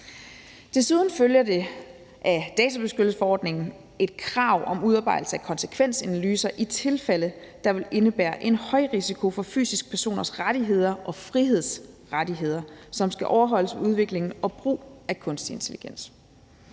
Desuden følger der af databeskyttelsesforordningen et krav om udarbejdelse af konsekvensanalyser i tilfælde, der vil indebære en højrisiko for fysiske personers rettigheder og frihedsrettigheder, som skal overholdes ved udviklingen og brug af kunstig intelligens.